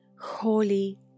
Holy